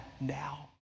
now